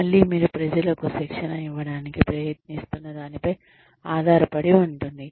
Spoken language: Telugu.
మళ్ళీ మీరు ప్రజలకు శిక్షణ ఇవ్వడానికి ప్రయత్నిస్తున్న దానిపై ఆధారపడి ఉంటుంది